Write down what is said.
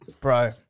Bro